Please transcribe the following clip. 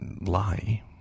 lie